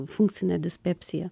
funkcinė dispepsija